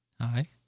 hi